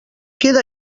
queda